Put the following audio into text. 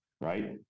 Right